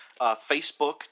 Facebook